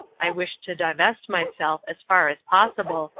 i wish to divest myself, as far as possible,